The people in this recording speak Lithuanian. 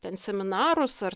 ten seminarus ar